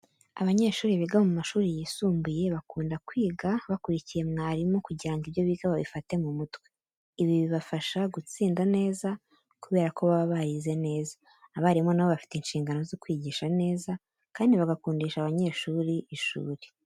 Abanyeshuri biga mu mashuri yisumbuye, bakunda kwiga bakurikiye mwarimu kugira ngo ibyo biga babifate mu mutwe. Ibi bibafasha gutsinda neza kubera ko baba barize neza. Abarimu na bo bafite inshingano zo kwigisha neza, kandi bagakundisha abanyeshuri ishuri.